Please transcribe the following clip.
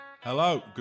Hello